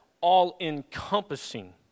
all-encompassing